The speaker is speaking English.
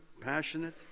passionate